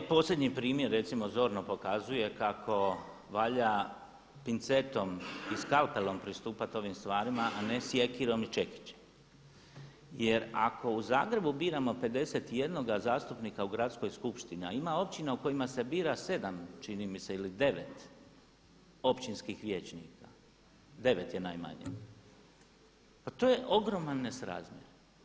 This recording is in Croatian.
Evo ovaj posljednji primjer recimo zorno pokazuje kako valja pincetom i skalpelom pristupati ovim stvarima a ne sjekirom i čekićem jer ako u Zagrebu biramo 51 zastupnika u Gradskoj skupštini, a ima općina u kojima se bira 7 čini mi se ili 9 općinskih vijećnika, 9 je najmanje, pa to je ogroman nesrazmjer.